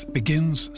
begins